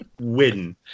Win